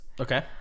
Okay